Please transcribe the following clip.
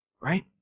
right